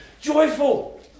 Joyful